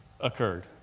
occurred